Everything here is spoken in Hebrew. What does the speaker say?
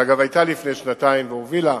שאגב היתה לפני שנתיים והובילה